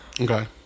Okay